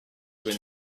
when